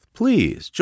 please